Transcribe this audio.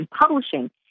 Publishing